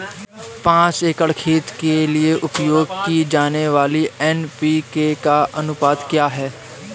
पाँच एकड़ खेत के लिए उपयोग की जाने वाली एन.पी.के का अनुपात क्या है?